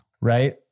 Right